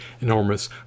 enormous